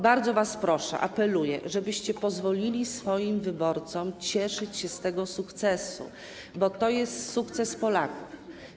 Bardzo was proszę, apeluję, żebyście pozwolili swoim wyborcom cieszyć się z tego sukcesu, bo to jest sukces Polaków.